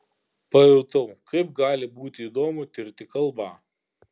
pajutau kaip gali būti įdomu tirti kalbą